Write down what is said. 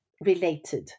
Related